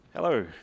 Hello